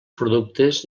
productes